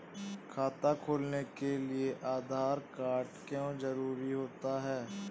खाता खोलने के लिए आधार कार्ड क्यो जरूरी होता है?